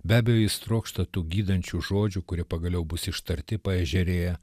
be abejo jis trokšta tų gydančių žodžių kurie pagaliau bus ištarti paežerėje